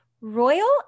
royal